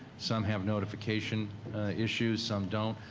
some have notification issues, some don't.